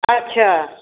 ਅੱਛਾ